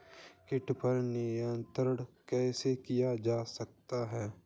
कीट पर नियंत्रण कैसे किया जा सकता है?